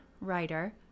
writer